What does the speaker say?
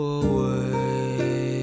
away